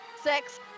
Six